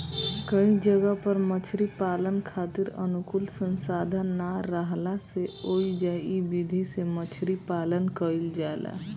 कई जगह पर मछरी पालन खातिर अनुकूल संसाधन ना राहला से ओइजा इ विधि से मछरी पालन कईल जाला